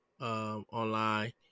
online